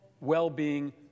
well-being